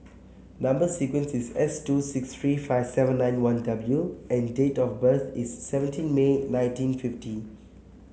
number sequence is S two six three five seven nine one W and date of birth is seventeen May nineteen fifty